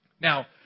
now